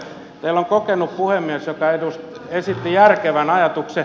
teillä on kokenut puhemies joka esitti järkevän ajatuksen